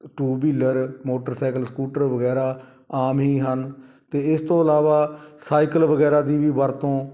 to wheeler motorcycle scooter ਵਗੈਰਾ ਆਮ ਹੀ ਹਨ ਅਤੇ ਇਸ ਤੋਂ ਇਲਾਵਾ ਸਾਈਕਲ ਵਗੈਰਾ ਦੀ ਵੀ ਵਰਤੋਂ